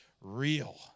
real